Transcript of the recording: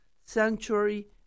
Sanctuary